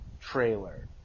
trailer